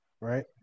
right